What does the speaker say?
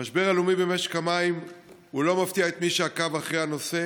המשבר הלאומי במשק המים לא מפתיע את מי שעקב אחרי הנושא.